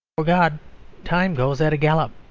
for god time goes at a gallop,